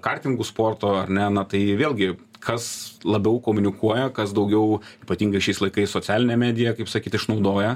kartingų sporto ar ne na tai vėlgi kas labiau komunikuoja kas daugiau ypatingai šiais laikais socialinę mediją kaip sakyt išnaudoja